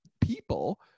people